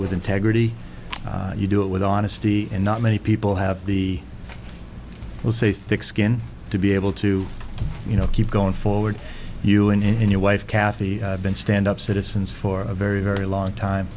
with integrity you do it with honesty and not many people have the will say thick skin to be able to you know keep going forward you and your wife kathy been stand up citizens for a very very long time